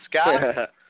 Scott